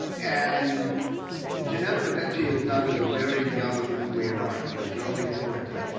and ginevra da benci is done as a very young leonardo in his early twenty s.